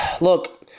look